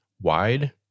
wide